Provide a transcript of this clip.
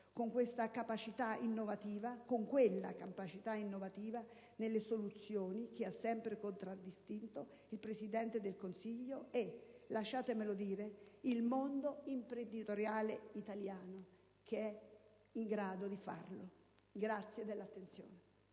azione di rilancio economico con quella capacità innovativa nelle soluzioni che ha sempre contraddistinto il Presidente del Consiglio e, lasciatemelo dire, il mondo imprenditoriale italiano, che è in grado di farlo. *(Applausi